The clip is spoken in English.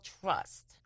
trust